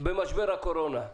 במשבר הקורונה.